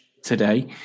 Today